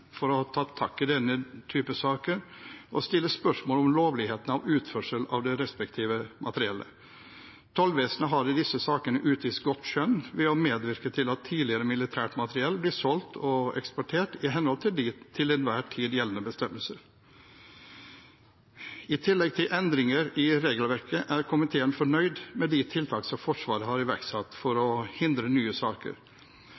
for å ta tak i denne typen saker og stille spørsmål om lovligheten av utførsel av det respektive materiellet. Tollvesenet har i disse sakene utvist godt skjønn ved å medvirke til at tidligere militært materiell blir solgt/eksportert i henhold til de til enhver tid gjeldende bestemmelser. I tillegg til endringer i regelverket er komiteen fornøyd med de tiltak som Forsvaret har iverksatt for